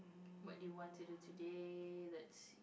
what you want to do today let's see